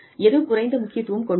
எது குறைந்த முக்கியத்துவம் கொண்டது